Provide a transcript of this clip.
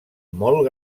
molt